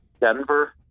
Denver